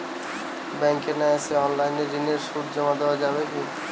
ব্যাংকে না এসে অনলাইনে ঋণের সুদ জমা দেওয়া যাবে কি?